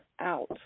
out